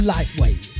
Lightweight